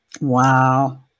Wow